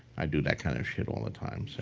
i do that kind of shit all the time. so